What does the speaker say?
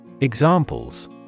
Examples